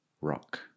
rock